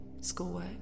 schoolwork